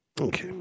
Okay